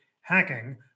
hacking